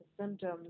symptoms